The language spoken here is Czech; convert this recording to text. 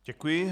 Děkuji.